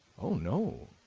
oh no,